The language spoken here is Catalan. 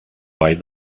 vall